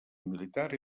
militar